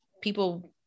people